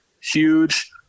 huge –